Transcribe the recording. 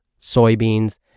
soybeans